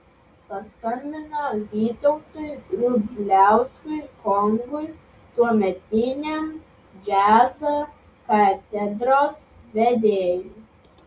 paskambino vytautui grubliauskui kongui tuometiniam džiazo katedros vedėjui